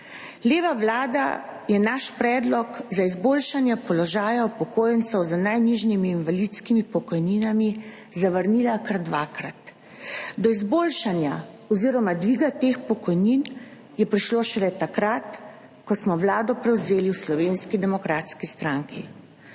Leva vlada je naš predlog za izboljšanje položaja upokojencev z najnižjimi invalidskimi pokojninami zavrnila kar dvakrat. Do izboljšanja oziroma dviga teh pokojnin je prišlo šele takrat, ko smo vlado prevzeli v Slovenski demokratski stranki.